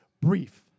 brief